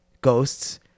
ghosts